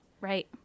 Right